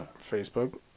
Facebook